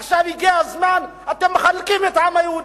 עכשיו הגיע הזמן, אתם מחלקים את העם היהודי.